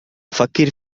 فكر